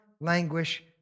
languish